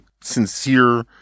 sincere